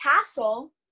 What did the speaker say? castle